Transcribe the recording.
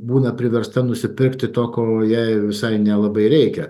būna priversta nusipirkti to ko jai visai nelabai reikia